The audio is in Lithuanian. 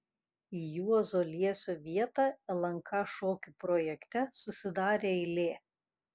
į juozo liesio vietą lnk šokių projekte susidarė eilė